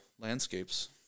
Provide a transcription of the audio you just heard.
landscapes